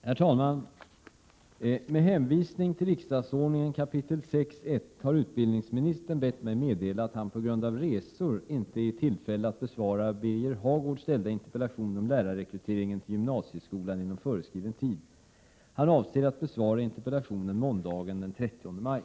Herr talman! Med hänvisning till riksdagsordningens 6 kap. 1§ har utbildningsministern bett mig meddela att han på grund av resor inte är i tillfälle att inom föreskriven tid besvara den av Birger Hagård framställda interpellationen om lärarrekryteringen till gymnasieskolan. Han avser att besvara interpellationen måndagen den 30 maj.